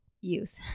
youth